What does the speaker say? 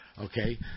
Okay